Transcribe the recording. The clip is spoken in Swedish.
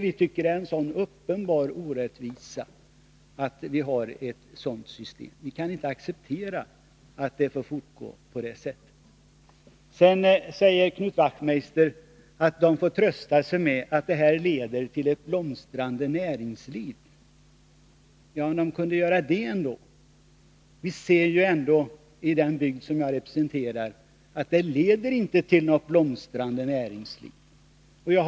Vi tycker att det är en uppenbar orättvisa att ha ett sådant system. Vi kan inte acceptera att det får fortgå på detta sätt. Sedan sade Knut Wachtmeister att arbetarna får trösta sig med att systemet leder till ett blomstrande näringsliv. Ja, om de kunde göra det ändå. Men i den bygd som jag representerar finner vi att systemet inte leder till något blomstrande näringsliv.